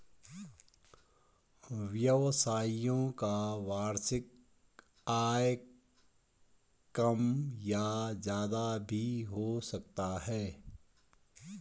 व्यवसायियों का वार्षिक आय कम या ज्यादा भी हो सकता है